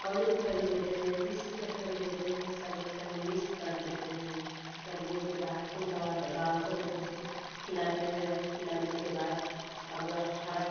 कड़ू खरी लेते हैं तिस्सी का खरी लेते हैं सब एक में मिक्स कर देते हैं करले के बाद तोका गाकर खिलाते हैं उसे खिलाने के बाद का बोला हरा